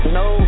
no